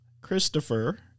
Christopher